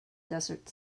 desert